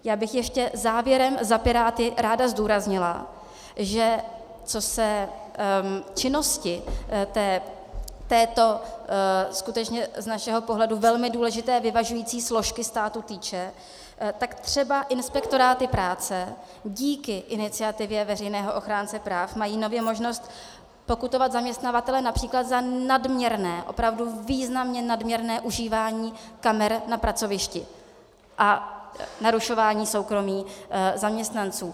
Já bych ještě závěrem za Piráty ráda zdůraznila, že co se činnosti této skutečně z našeho pohledu velmi důležité vyvažující složky státu týče, tak třeba inspektoráty práce díky iniciativě veřejného ochránce práv mají nově možnost pokutovat zaměstnavatel např. za nadměrné, opravdu významně nadměrné užívání kamer na pracovišti a narušování soukromí zaměstnanců.